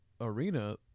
arena